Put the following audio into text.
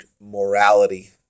morality